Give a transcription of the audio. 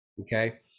Okay